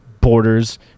borders